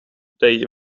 dig